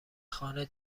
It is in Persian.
خانه